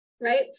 right